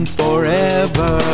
forever